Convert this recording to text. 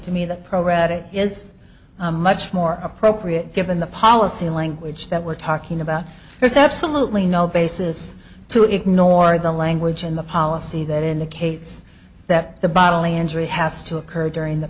program that it is much more appropriate given the policy language that we're talking about there's absolutely no basis to ignore the language in the policy that indicates that the bodily injury has to occur during the